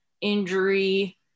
injury